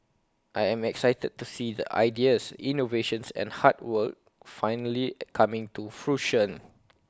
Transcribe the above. I am excited to see the ideas innovations and hard work finally coming to fruition